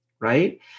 right